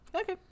Okay